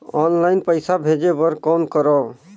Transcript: Online पईसा भेजे बर कौन करव?